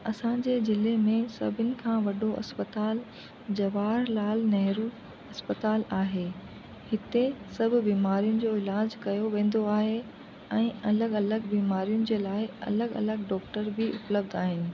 असांजे जिले में सभिनि खां वॾो अस्पताल जवाहरलाल नेहरु अस्पताल आहे हिते सभु बीमारियुनि जो इलाजु कयो वेंदो आहे ऐं अलॻि अलॻि बीमारियुनि जे लाइ अलॻि अलॻि डॉक्टर बि उपलब्ध आहिनि